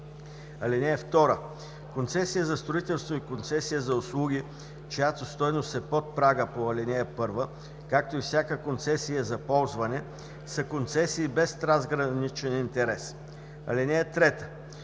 (2) Концесия за строителство и концесия за услуги, чиято стойност е под прага по ал. 1, както и всяка концесия за ползване са концесии без трансграничен интерес. (3)